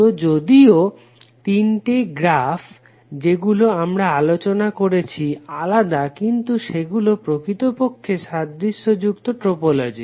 তো যদিও তিনটি গ্রাফ যেগুলো আমরা আলোচনা করেছি আলাদা কিন্তু সেগুলি প্রকৃতপক্ষে সাদৃশ্য যুক্ত টোপোলজি